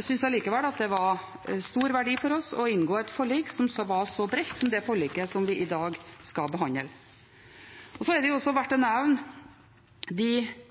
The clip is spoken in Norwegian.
synes allikevel at det var av stor verdi for oss å inngå et forlik som var så bredt som det forliket vi i dag skal behandle. Så er det også verdt å nevne de